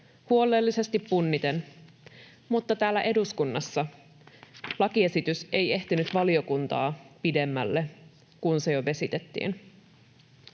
huolellisesti punniten, mutta täällä eduskunnassa lakiesitys ei ehtinyt valiokuntaa pidemmälle, kun se jo vesitettiin.